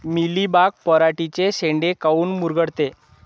Mealybug पराटीचे चे शेंडे काऊन मुरगळते?